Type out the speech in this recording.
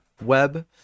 web